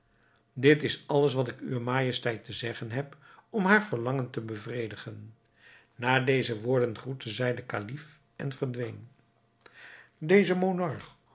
dit is alles wat ik uwe majesteit te zeggen heb om haar verlangen te bevredigen na deze woorden groette zij den kalif en verdween deze